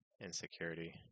insecurity